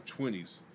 20s